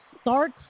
start